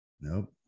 nope